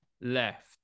left